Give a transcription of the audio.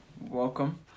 Welcome